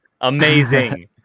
Amazing